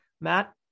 matt